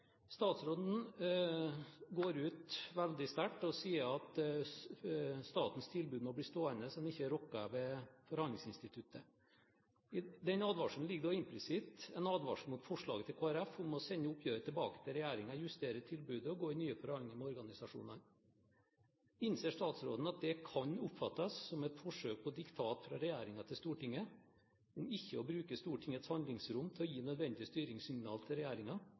Statsråden går ut veldig sterkt og sier at statens tilbud må bli stående, så en ikke rokker ved forhandlingsinstituttet. I den advarselen ligger implisitt en advarsel mot forslaget til Kristelig Folkeparti om å sende oppgjøret tilbake til regjeringen, justere tilbudet og gå i nye forhandlinger med organisasjonene. Innser statsråden at det kan oppfattes som et forsøk på diktat fra regjeringen til Stortinget om ikke å bruke Stortingets handlingsrom til å gi nødvendig styringssignal til